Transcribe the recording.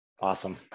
Awesome